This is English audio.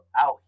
out